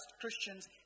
Christians